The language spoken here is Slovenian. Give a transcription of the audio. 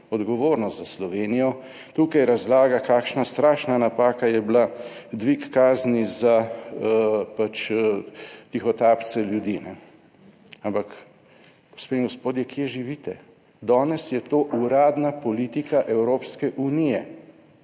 odgovornost za Slovenijo, tukaj razlaga kakšna strašna napaka je bila dvig kazni za tihotapce ljudi, ampak gospe in gospodje, kje živite danes. Danes je to uradna politika Evropske unije,